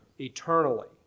eternally